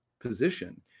position